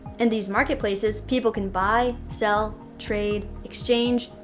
and these marketplaces, people can buy, sell, trade, exchange,